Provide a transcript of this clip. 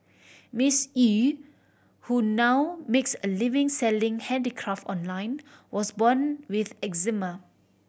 Miss Eu who now makes a living selling handicraft online was born with eczema